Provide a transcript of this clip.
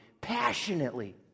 passionately